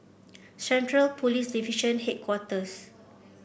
Central Police Division Headquarters